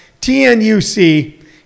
TNUC